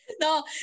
no